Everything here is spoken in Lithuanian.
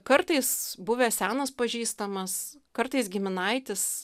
kartais buvęs senas pažįstamas kartais giminaitis